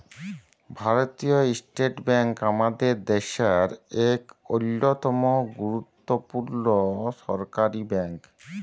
ভারতীয় state bank আমাদের দ্যাশের ইক অল্যতম গুরুত্তপুর্ল সরকারি ব্যাংক